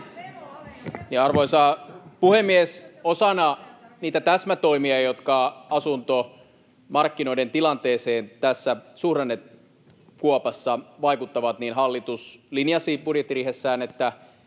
Arvoisa puhemies! Osana niitä täsmätoimia, jotka asuntomarkkinoiden tilanteeseen tässä suhdannekuopassa vaikuttavat, hallitus linjasi budjettiriihessään, että